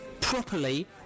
properly